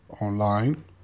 online